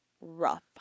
rough